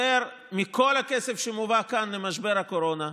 יותר מכל הכסף שמובא כאן למשבר הקורונה,